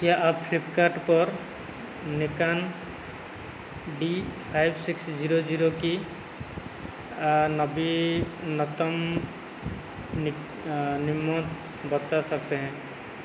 क्या आप फ्लीपकार्ट पर Nikon D five six zero zero की नवीनतम नि नीमोत बता सकते हैं